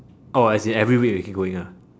oh as in every week we can go in ah